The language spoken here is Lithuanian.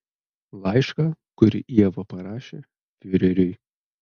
laišką kurį ieva parašė fiureriui